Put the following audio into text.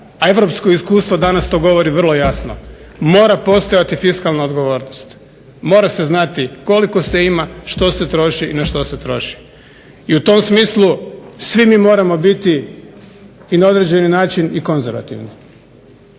a europsko iskustvo danas to govori vrlo jasno, mora postojati fiskalna odgovornost, mora se znati koliko se ima, što se troši i na što se troši. I u tom smislu svi mi moramo biti na određeni način i konzervativni.